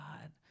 God